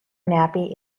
nappy